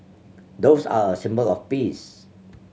doves are a symbol of peace